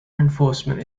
enforcement